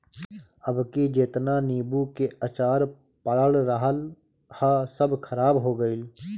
अबकी जेतना नीबू के अचार पड़ल रहल हअ सब खराब हो गइल